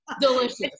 Delicious